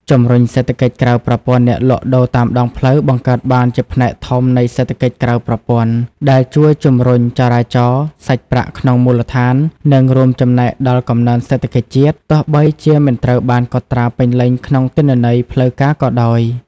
ជំរុញសេដ្ឋកិច្ចក្រៅប្រព័ន្ធអ្នកលក់ដូរតាមដងផ្លូវបង្កើតបានជាផ្នែកធំនៃសេដ្ឋកិច្ចក្រៅប្រព័ន្ធ ដែលជួយជំរុញចរាចរសាច់ប្រាក់ក្នុងមូលដ្ឋាន និងរួមចំណែកដល់កំណើនសេដ្ឋកិច្ចជាតិ ទោះបីជាមិនត្រូវបានកត់ត្រាពេញលេញក្នុងទិន្នន័យផ្លូវការក៏ដោយ ។